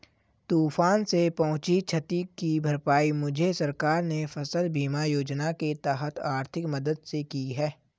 तूफान से पहुंची क्षति की भरपाई मुझे सरकार ने फसल बीमा योजना के तहत आर्थिक मदद से की है